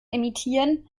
emittieren